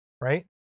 Right